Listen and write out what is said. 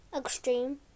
Extreme